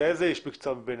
איזה איש מקצוע מביניהם?